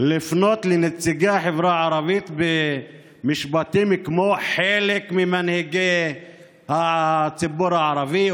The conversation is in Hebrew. לפנות לנציגי החברה הערבית במשפטים כמו: חלק ממנהיגי הציבור הערבי,